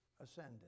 ascended